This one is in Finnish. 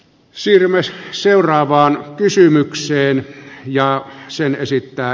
sir myös seuraavaan kysymykseen ja sen esittää